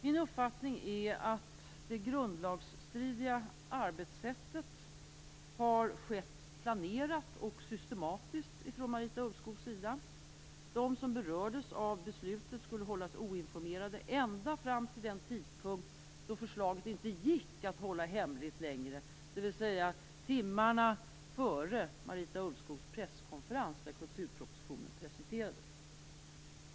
Min uppfattning är att det grundlagsstridiga arbetssättet har skett planerat och systematiskt från Marita Ulvskogs sida. De som berördes av beslutet skulle hållas oinformerade ända fram till den tidpunkt då förslaget inte gick att hålla hemligt längre, dvs. timmarna före Marita Ulvskogs presskonferens där kulturpropositionen presenterades.